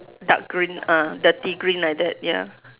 dark green ah dirty green like that ya